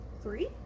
Three